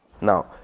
Now